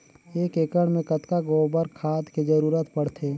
एक एकड़ मे कतका गोबर खाद के जरूरत पड़थे?